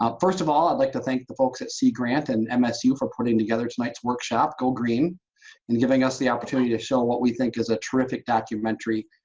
um first of all, i'd like to thank the folks at sea grant and and msu for putting together tonight's workshop, go green and giving us the opportunity to show what we think is a terrific documentary.